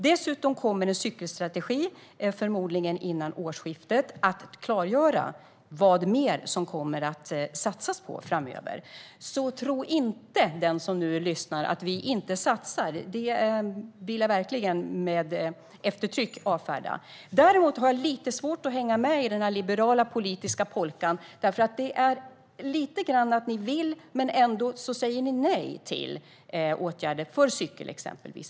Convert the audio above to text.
Dessutom kommer en cykelstrategi, förmodligen före årsskiftet, att klargöra vad det kommer att satsas mer på framöver. Den som nu lyssnar ska alltså inte tro att vi inte satsar. Det vill jag verkligen med eftertryck avfärda. Däremot har jag lite svårt att hänga med i den liberala politiska polkan. Det är lite grann som att ni vill, men ändå säger ni nej till åtgärder för till exempel cykling.